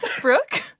Brooke